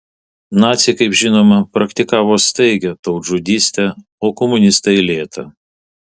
naciai kaip žinoma praktikavo staigią tautžudystę o komunistai lėtą